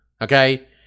Okay